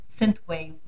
Synthwave